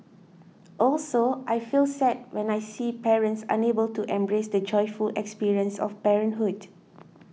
also I feel sad when I see parents unable to embrace the joyful experience of parenthood